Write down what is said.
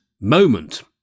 moment